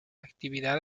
actividad